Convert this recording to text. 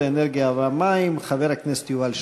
האנרגיה והמים חבר הכנסת יובל שטייניץ.